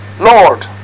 Lord